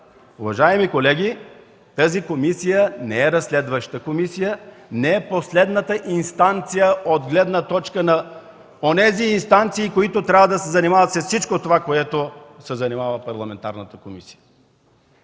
Уважаеми колеги, тази комисия не е разследваща комисия, не е последната инстанция от гледна точка на онези инстанции, които трябва да се занимават с всичко това, с което се занимава парламентарната комисия.